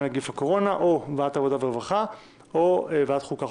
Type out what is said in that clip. נגיף הקורונה או ועדת העבודה והרווחה או ועדת החוקה,